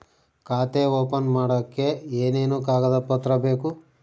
ಖಾತೆ ಓಪನ್ ಮಾಡಕ್ಕೆ ಏನೇನು ಕಾಗದ ಪತ್ರ ಬೇಕು?